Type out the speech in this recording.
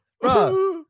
Bro